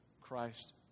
Christ